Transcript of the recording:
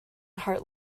heart